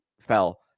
fell